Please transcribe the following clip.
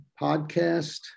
podcast